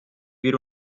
wir